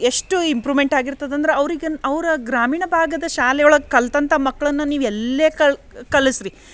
ಎಷ್ಟು ಇಂಪ್ರುಮೆಂಟ್ ಆಗಿರ್ತದೆ ಅಂದ್ರೆ ಅವ್ರಿಗನ್ ಅವ್ರ ಗ್ರಾಮೀಣ ಭಾಗದ ಶಾಲೆಯೊಳಗೆ ಕಲಿತಂಥ ಮಕ್ಕಳನ್ನ ನೀವು ಎಲ್ಲೇ ಕಲ್ ಕಲಿಸಿರಿ